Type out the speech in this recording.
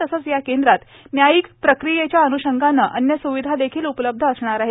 तसेच या केंद्रात न्यायिक प्रक्रियेच्या अनुषंगाने अन्य सुविधा देखील उपलब्ध असणार आहेत